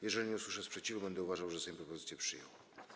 Jeżeli nie usłyszę sprzeciwu, będę uważał, że Sejm propozycję przyjął.